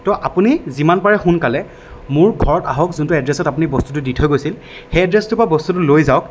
তো আপুনি যিমান পাৰে সোনকালে মোৰ ঘৰত আহক যোনটো এড্ৰেছত বস্তুটো দি থৈ গৈছিল সেই এড্ৰেছটোৰ পৰা বস্তুটো লৈ যাওক